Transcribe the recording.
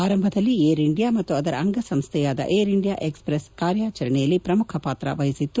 ಆರಂಭದಲ್ಲಿ Air India ಮತ್ತು ಅದರ ಅಂಗಸಂಸ್ಥೆಯಾದ ಏರ್ ಇಂಡಿಯಾ ಎಕ್ಸ್ ಪ್ರೆಸ್ ಕಾರ್ಯಾಚರಣೆಯಲ್ಲಿ ಪ್ರಮುಖ ಪಾತ್ರ ವಹಿಸಿತ್ತು